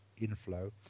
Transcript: inflow